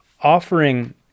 offering